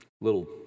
little